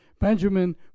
Benjamin